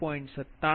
97 31